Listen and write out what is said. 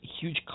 huge